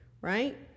right